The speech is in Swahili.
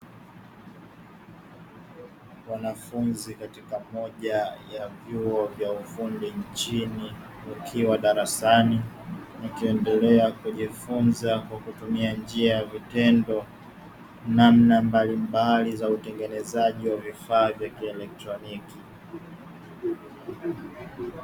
Wanafunzi katika moja ya vyuo vya ufundi nchini, wakiwa darasani wakiendelea kujifunza kwa kutumia njia ya vitendo namna mbalimbali za utengenezaji wa vifaa vya kielektroniki.